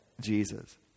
Jesus